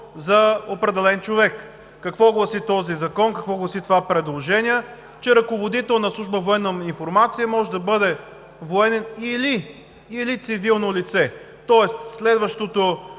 за определен човек. Какво гласи този закон, какво гласи това предложение – че ръководител на Служба „Военна информация“ може да бъде военен или цивилно лице. Тоест следващият